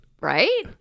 Right